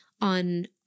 on